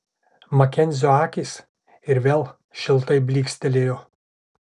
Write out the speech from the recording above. makenzio akys ir vėl šiltai blykstelėjo